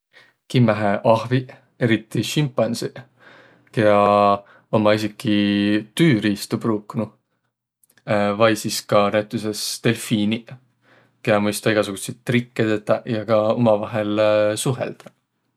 Kimmähe ahviq, eriti simpansiq, kiä ommaq esiki tüüriistu pruuknuq. Vai sis ka näütüses delfiiniq, kiä mõistvaq egäsugutsit trikke tetäq ja ka umavahel suheldaq.